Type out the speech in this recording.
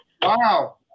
Wow